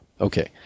Okay